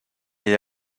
est